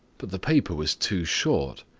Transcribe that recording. but the paper was too short.